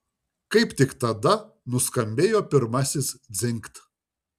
kaip tik tada nuskambėjo pirmasis dzingt